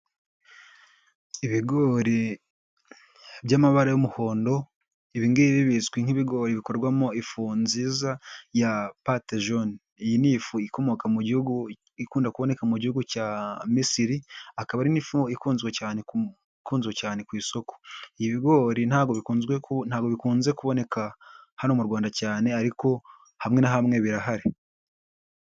Ibigori by'amabara y'umuhondo, ibingibi bizwi nk'ibigori bikorwamo ifu nziza ya patejone. Iyi ni ifu ikomoka mu Gihugu ikunda kuboneka mu Gihugu cya Misiri, akaba ari ifu ikunzwe cyane ku isoko, ibi bigori ntabwo bikunzwe ntabwo bikunze kuboneka hano mu Rwanda cyane ariko hamwe na hamwe birahari.